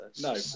No